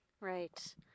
Right